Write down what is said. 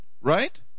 right